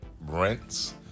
rents